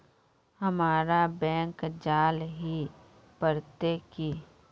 हमरा बैंक जाल ही पड़ते की?